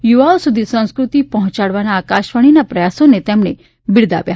યુવાઓ સુધી સંસ્કૃતિ પહોંચાડવાના આકાશવાણીના પ્રયાસોને તેમણે બિરદાવ્યા